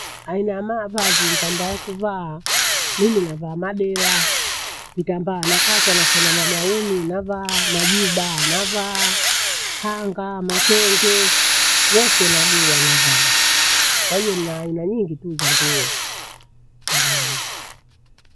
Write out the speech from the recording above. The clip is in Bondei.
Aina ya mavazi nipandayo kuvaa. Mimi avaa madela, kitambaa nakata nashona magauni navaa, majuba navaa, khanga, matenge wose nagua navaa. Kwahiyo nina aina nyingi tuu za nguo, nivaazo.